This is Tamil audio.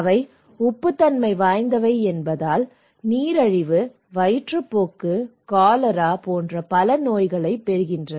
அவை உப்புத்தன்மை வாய்ந்தவை என்பதால் நீரிழிவு வயிற்றுப்போக்கு காலரா போன்ற பல நோய்களைப் பெறுகின்றன